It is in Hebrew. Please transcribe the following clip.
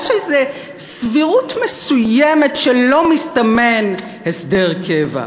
יש איזו סבירות מסוימת שלא מסתמן הסדר קבע.